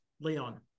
Leon